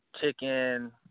chicken